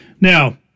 Now